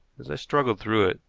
as i struggled through it,